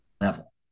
level